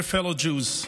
Dear fellow Jews,